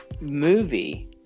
movie